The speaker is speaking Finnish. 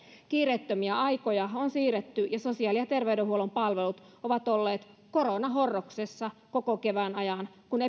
kiireettömiä aikoja on siirretty ja sosiaali ja terveydenhuollon palvelut ovat olleet koronahorroksessa koko kevään ajan kun